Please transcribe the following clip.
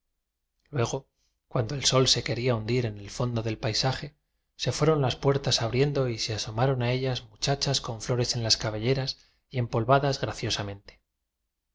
luego cuando el sol se quería hundir en el fondo del paisaje se fueron las puertas abriendo y se asomaron a ellas mu chachas con flores en las cabelleras y em polvadas graciosamente